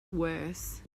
worse